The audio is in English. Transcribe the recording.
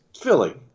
Philly